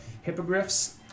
hippogriffs